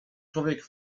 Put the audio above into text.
człowiek